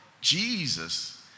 Jesus